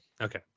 Okay